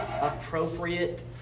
appropriate